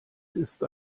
ist